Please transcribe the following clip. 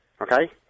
Okay